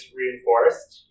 reinforced